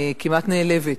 אני כמעט נעלבת.